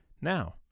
Now